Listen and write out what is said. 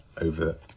over